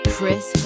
Chris